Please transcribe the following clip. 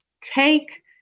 take